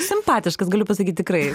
simpatiškas galiu pasakyt tikrai